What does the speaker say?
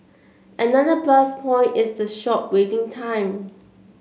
another plus point is the short waiting time